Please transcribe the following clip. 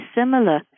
similar